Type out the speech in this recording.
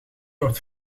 wordt